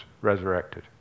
resurrected